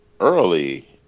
early